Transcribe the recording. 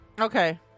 Okay